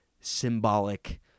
symbolic